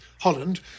Holland